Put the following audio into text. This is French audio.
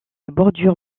bordure